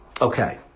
Okay